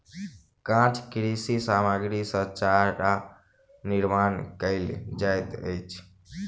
काँच कृषि सामग्री सॅ चारा निर्माण कयल जाइत अछि